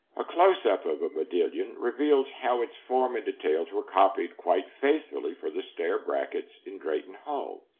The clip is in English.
a closeup of a modillion reveals how its forms and details were copied quite faithfully for the stair brackets in drayton hall.